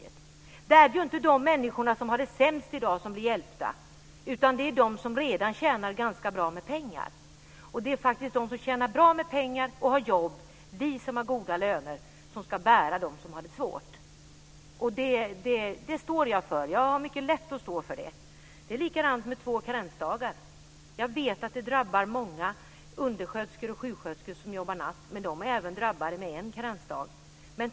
Det är ju inte de människor som i dag har det sämst som blir hjälpta, utan det är de som redan tjänar ganska bra med pengar. Det är de som tjänar bra med pengar och har jobb - vi som har goda löner - som ska bära dem som har det svårt. Det står jag för. Jag har mycket lätt att stå för det. Det är likadant med två karensdagar. Jag vet att det drabbar många undersköterskor och sjuksköterskor som jobbar natt. Men de är även drabbade med en karensdag.